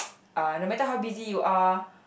uh no matter how busy you are